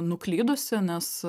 nuklydusi nes